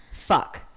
fuck